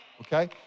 Okay